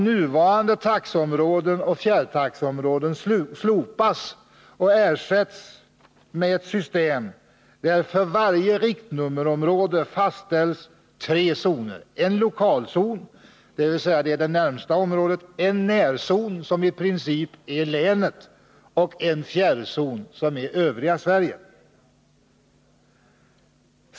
Nuvarande taxeområden och fjärrtaxeområden slopas och ersätts med ett system där det för varje riktnummerområde fastställs tre zoner: en lokalzon, det närmaste området, en närzon, som i princip är länet, och en fjärrzon, som är Övriga Sverige.